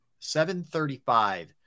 735